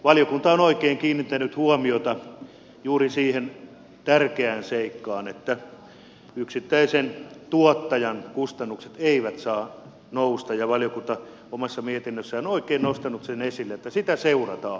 valiokunta on oikein kiinnittänyt huomiota juuri siihen tärkeään seikkaan että yksittäisen tuottajan kustannukset eivät saa nousta ja valiokunta omassa mietinnössään on oikein nostanut sen esille että sitä seurataan